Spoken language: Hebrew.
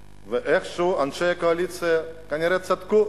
ואיכשהו אנשי הקואליציה כנראה צדקו,